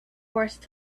forced